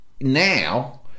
now